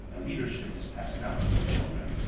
and leadership is passed down to their children.